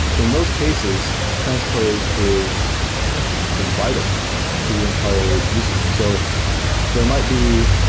in those cases, transpose is is vital to the entire usage. so there might be,